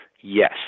Yes